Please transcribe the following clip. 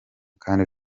kandi